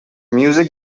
music